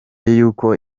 yuko